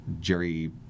Jerry